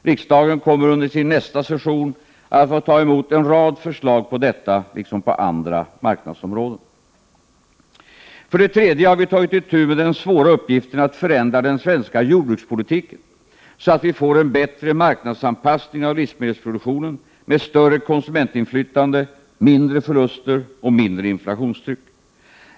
Riksdagen kommer under sin nästa session att få ta emot en rad förslag på detta liksom på andra marknadsområden. För det tredje har vi tagit itu med den svåra uppgiften att förändra den svenska jordbrukspolitiken, så att vi får en bättre marknadsanpassning av livsmedelsproduktionen med större konsumentinflytande och mindre förluster och mindre inflationstryck.